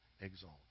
exalt